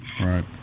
Right